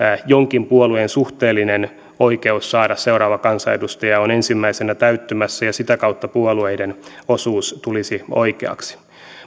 jonkin puolueen suhteellinen oikeus saada seuraava kansanedustaja on ensimmäisenä täyttymässä ja sitä kautta puolueiden osuus tulisi oikeaksi